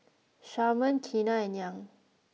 Sharman Keanna and Young